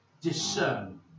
Discern